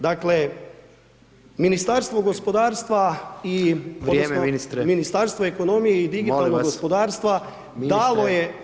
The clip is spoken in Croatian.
Dakle, Ministarstvo gospodarstva i [[Upadica predsjednik: Vrijeme, ministre.]] odnosno ministarstvo ekonomije i digitalnog gospodarstva [[Upadica predsjednik: Molim vas.]] dalo je…